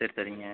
சரி சரிங்க